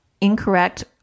incorrect